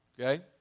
Okay